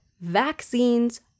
Vaccines